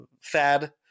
fad